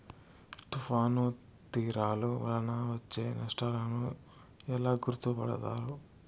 తుఫాను తీరాలు వలన వచ్చే నష్టాలను ఎలా గుర్తుపడతారు?